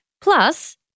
Plus